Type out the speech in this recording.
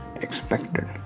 expected